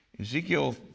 Ezekiel